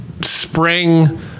spring